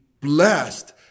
blessed